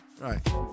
right